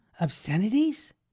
obscenities